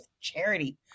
charity